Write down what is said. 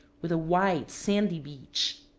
with a white, sandy beach.